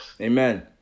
Amen